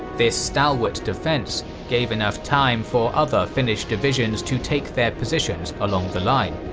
this stalwart defense gave enough time for other finnish divisions to take their positions along the line.